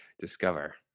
discover